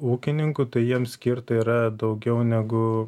ūkininkų tai jiem skirta yra daugiau negu